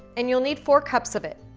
and you'll need four cups of it.